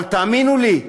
אבל תאמינו לי,